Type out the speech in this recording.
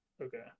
Okay